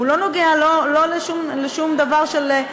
הוא לא נוגע לא לשום דבר של,